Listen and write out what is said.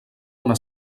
una